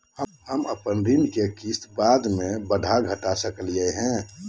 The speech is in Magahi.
हम अपन ऋण के किस्त बाद में बढ़ा घटा सकई हियइ?